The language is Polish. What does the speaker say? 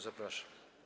Zapraszam.